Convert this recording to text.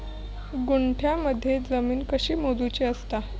गुंठयामध्ये जमीन कशी मोजूची असता?